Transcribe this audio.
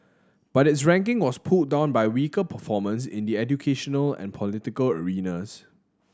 but its ranking was pulled down by weaker performance in the educational and political arenas